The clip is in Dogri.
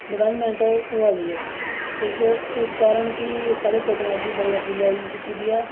डवैलमैंट होआ दी ऐ किश इस कारण कि टैक्नालजी बड़े अग्गै जाई चुकी दी ऐ